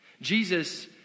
Jesus